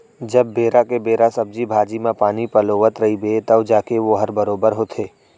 जब बेरा के बेरा सब्जी भाजी म पानी पलोवत रइबे तव जाके वोहर बरोबर होथे